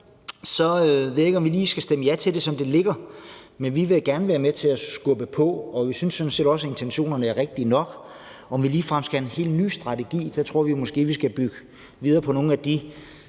ved jeg ikke, om vi kan stemme ja til det, sådan som det ligger. Men vi vil gerne været med til at skubbe på, og vi synes sådan set også, at intentionerne er rigtige nok. Med hensyn til om vi ligefrem skal have en hel ny strategi, tror vi måske, vi skal bygge videre på nogle af de